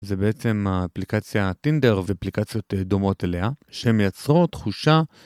זה בעצם האפליקציה Tinder ואפליקציות דומות אליה שהן מייצרות תחושה